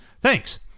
Thanks